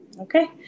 Okay